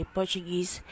Portuguese